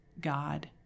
God